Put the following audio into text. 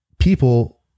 People